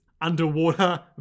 underwater